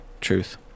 truth